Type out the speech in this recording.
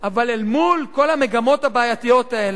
אבל אל מול כל המגמות הבעייתיות האלה,